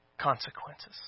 consequences